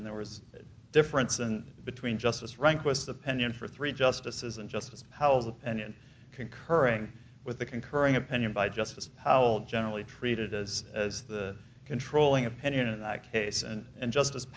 and there was a difference and between justice rehnquist opinion for three justices and justice howells opinion concurring with the concurring opinion by justice powell generally treated as as the controlling opinion in that case and and just